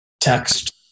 text